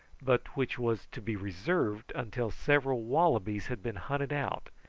but which was to be reserved until several wallabies had been hunted out,